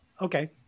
Okay